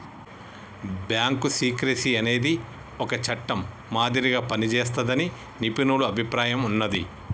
bank secrecy అనేది ఒక చట్టం మాదిరిగా పనిజేస్తాదని నిపుణుల అభిప్రాయం ఉన్నాది